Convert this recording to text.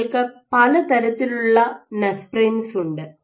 നിങ്ങൾക്ക് പലതരത്തിലുള്ള നെസ്പ്രിൻസ് ഉണ്ട്